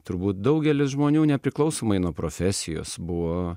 turbūt daugelis žmonių nepriklausomai nuo profesijos buvo